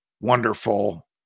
wonderful